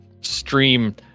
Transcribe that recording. stream